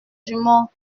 dumont